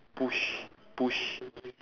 push push